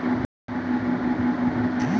सामान्यतः ई धन प्रस्तावक लागत कें पूरा करै छै